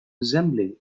resembling